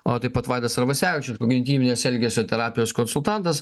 o taip pat vaidas arvasevičius kognityvinės elgesio terapijos konsultantas